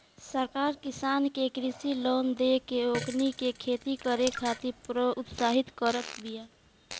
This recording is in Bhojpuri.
सरकार किसान के कृषि लोन देके ओकनी के खेती करे खातिर प्रोत्साहित करत बिया